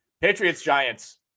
Patriots-Giants